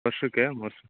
ವರ್ಷಕ್ಕೆ ಮೂರು ಸ